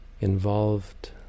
involved